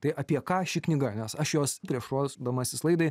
tai apie ką ši knyga nes aš jos prieš ruošdamasis laidai